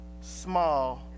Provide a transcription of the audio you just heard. small